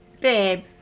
Babe